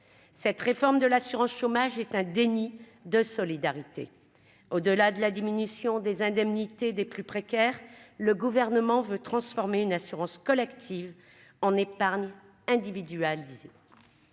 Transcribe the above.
cette réforme de l'assurance chômage est un déni de solidarité au-delà de la diminution des indemnités des plus précaires, le gouvernement veut transformer une assurance collective en épargne individualisé